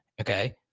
okay